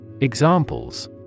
Examples